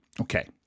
Okay